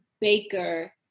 baker